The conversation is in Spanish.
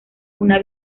una